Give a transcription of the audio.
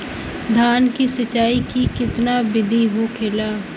धान की सिंचाई की कितना बिदी होखेला?